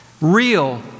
real